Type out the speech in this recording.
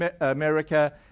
America